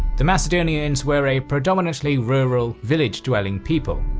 the macedonians were a predominantly rural, village dwelling people,